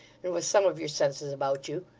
and with some of your senses about you.